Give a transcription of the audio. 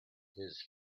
his